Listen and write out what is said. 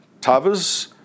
Tava's